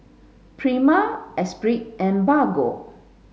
Prima Esprit and Bargo